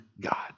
God